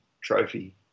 trophy